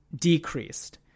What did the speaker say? decreased